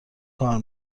کار